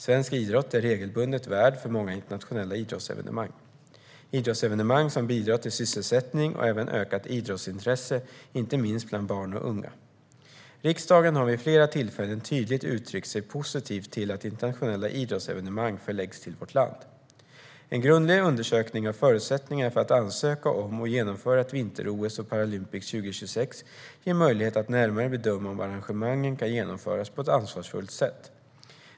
Svensk idrott är regelbundet värd för många internationella idrottsevenemang - idrottsevenemang som bidrar till sysselsättning och även ökat idrottsintresse, inte minst bland barn och unga. Riksdagen har vid flera tillfällen tydligt uttryckt sig positiv till att internationella idrottsevenemang förläggs till vårt land. En grundlig undersökning av förutsättningarna för att ansöka om och genomföra ett vinter-OS och Paralympics 2026 ger möjlighet att närmare bedöma om arrangemangen kan genomföras på ett ansvarsfullt sätt.